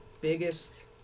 biggest